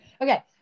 Okay